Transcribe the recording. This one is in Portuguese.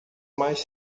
mais